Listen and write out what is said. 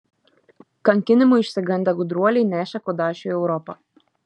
kankinimų išsigandę gudruoliai nešė kudašių į europą